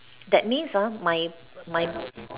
that means uh my my